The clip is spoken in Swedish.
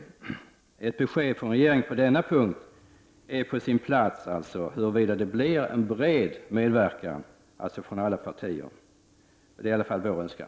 Det är på sin plats med ett besked från regeringen på denna punkt, dvs. huruvida det blir en bred samverkan från alla partier. Det är i alla fall vår önskan.